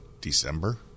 December